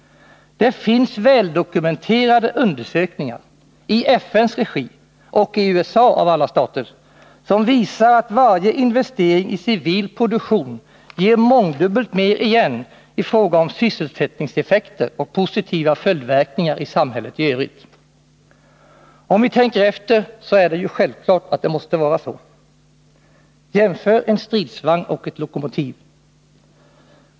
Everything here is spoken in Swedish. Det finns väldokumenterade undersökningar, i FN:s regi och i USA av alla stater, som visar att varje investering i civil produktion ger mångdubbelt mer igen i fråga om sysselsättningseffekter och positiva följdverkningar i samhället i övrigt. Om vi tänker efter, är det ju självklart att det måste vara så. Jämför en stridsvagn och ett lokomotiv!